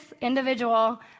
individual